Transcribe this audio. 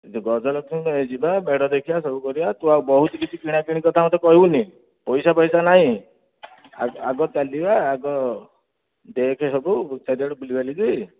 ଗଜଲକ୍ଷ୍ମୀ ଯିବା ମେଢ଼ ଦେଖିବା ସବୁ କରିବା ତୁ ଆଉ ବହୁତ କିଛି କିଣାକିଣି କଥା ମୋତେ କହିବୁନି ପଇସା ଫଇସା ନାହିଁ ଆଗ ଆଗ ଚାଲିବା ଆଗ ଦେଖେ ସବୁ ଚାରିଆଡେ ବୁଲିବାଲିକି